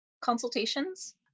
Consultations